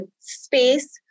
space